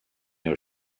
york